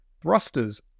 thrusters